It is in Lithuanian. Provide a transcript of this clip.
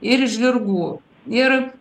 ir žirgų ir